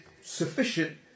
sufficient